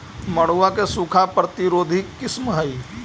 मड़ुआ के सूखा प्रतिरोधी किस्म हई?